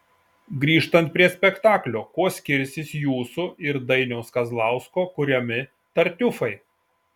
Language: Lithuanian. grįžtant prie spektaklio kuo skirsis jūsų ir dainiaus kazlausko kuriami tartiufai